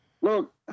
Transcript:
look